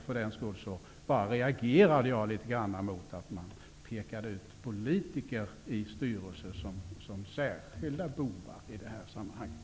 Av den anledningen reagerade jag litet grand mot att man pekade ut politiker i styrelser som särskilda bovar i det här sammanhanget.